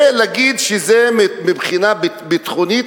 ולהגיד שמבחינה ביטחונית,